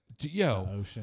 Yo